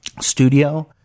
studio